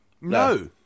No